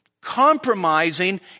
compromising